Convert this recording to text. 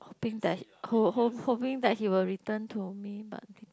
think that hope~ hoping that he will return to me but he didn't